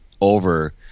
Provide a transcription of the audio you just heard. over